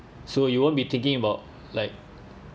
so you won't be thinking about like